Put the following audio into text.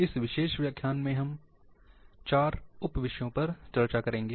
इस विशेष व्याख्यान में हम 4 उप विषयों पर चर्चा करेंगे